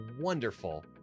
wonderful